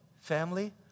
family